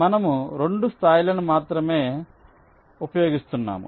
మనము 2 స్థాయిలను మాత్రమే ఉపయోగిస్తున్నాము